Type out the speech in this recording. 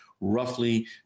roughly